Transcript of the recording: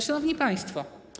Szanowni Państwo!